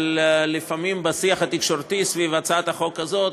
אבל לפעמים בשיח התקשורתי סביב הצעת החוק הזאת